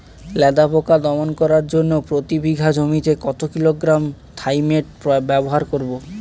লেদা পোকা দমন করার জন্য প্রতি বিঘা জমিতে কত কিলোগ্রাম থাইমেট ব্যবহার করব?